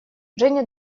женя